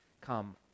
Come